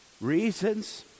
reasons